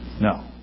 No